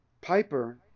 Piper